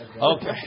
Okay